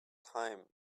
time